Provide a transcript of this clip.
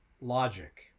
logic